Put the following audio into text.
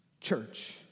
church